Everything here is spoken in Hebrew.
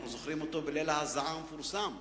ואנחנו זוכרים אותו בליל ההזעה המפורסם.